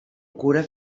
cura